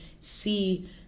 see